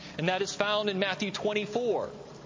and that is found in matthew twenty four,